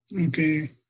Okay